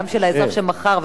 גם של האזרח שמכר,